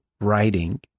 writing